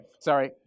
sorry